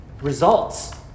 Results